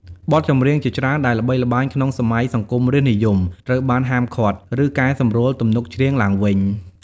បទចម្រៀងជាច្រើនដែលល្បីល្បាញក្នុងសម័យសង្គមរាស្ត្រនិយម ត្រូវបាន ហាមឃាត់ ឬ កែសម្រួលទំនុកច្រៀង ឡើងវិញ។